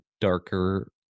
darker